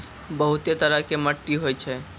बहुतै तरह के मट्टी होय छै